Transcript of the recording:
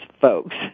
folks